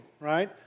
right